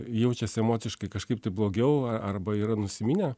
jaučiasi emociškai kažkaip tai blogiau arba yra nusiminę